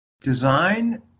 design